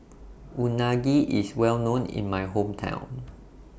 Unagi IS Well known in My Hometown